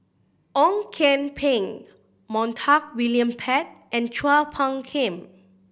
Ong Kian Peng Montague William Pett and Chua Phung Kim